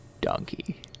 donkey